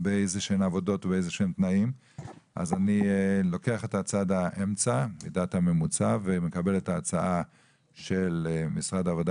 אז אני לוקח את מידת האמצע ומקבל את ההצעה של משרד העבודה